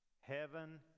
heaven